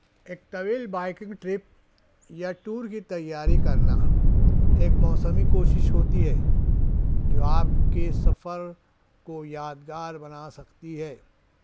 ایک طویل biking trip یا ٹور کی تیاری کرنا ایک موسمی کوشش ہوتی ہے جو آپ کے سفر کو یادگار بنا سکتی ہے